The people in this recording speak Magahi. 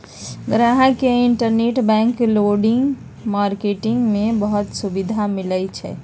गाहक के इंटरबैंक लेडिंग मार्किट में बहुते सुविधा मिलई छई